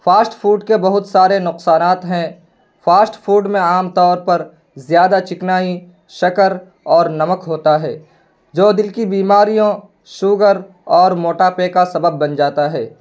fast food کے بہت سارے نقصانات ہیں فاسٹ فوڈ میں عام طور پر زیادہ چکنائی شکر اور نمک ہوتا ہے جو دل کی بیماریوں شوگر اور موٹاپے کا سبب بن جاتا ہے